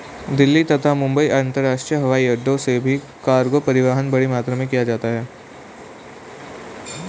दिल्ली तथा मुंबई अंतरराष्ट्रीय हवाईअड्डो से भी कार्गो परिवहन बड़ी मात्रा में किया जाता है